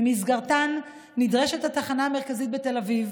ובמסגרתן נדרשת התחנה המרכזית בתל אביב